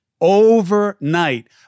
overnight